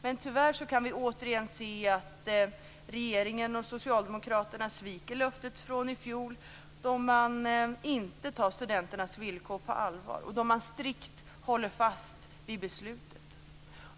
Men tyvärr kan vi återigen se att regeringen och socialdemokraterna sviker löftet från i fjol eftersom man inte tar studenternas villkor på allvar utan strikt håller fast vid beslutet.